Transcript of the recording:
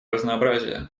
разнообразия